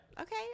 Okay